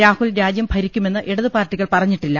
രാഹുൽ രാജ്യം ഭരിക്കുമെന്ന് ഇടതുപാർട്ടികൾ പറഞ്ഞിട്ടില്ല